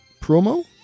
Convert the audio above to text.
promo